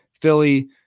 Philly